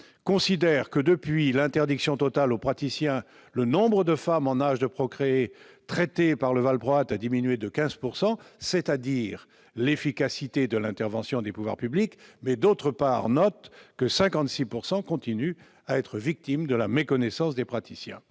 en outre que, depuis l'interdiction totale aux praticiens, le nombre de femmes en âge de procréer traitées par le valproate a diminué de 15 %. C'est dire l'efficacité de l'intervention des pouvoirs publics, mais 56 % d'entre elles continuent à être victimes de la méconnaissance des praticiens.